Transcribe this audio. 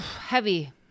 Heavy